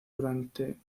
durante